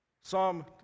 Psalm